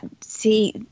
See